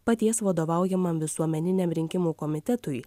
paties vadovaujamam visuomeniniam rinkimų komitetui